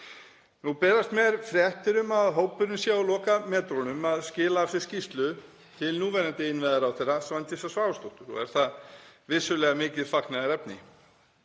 Nú berast mér fréttir um að hópurinn sé á lokametrunum að skila af sér skýrslu til núverandi innviðaráðherra, Svandísar Svavarsdóttur, og er það vissulega mikið fagnaðarefni.